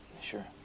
Sure